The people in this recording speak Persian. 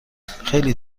خیلی